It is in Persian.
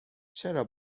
چرا